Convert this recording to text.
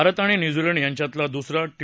भारत आणि न्यूझीलंड यांच्यातला दुसरा टी